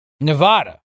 Nevada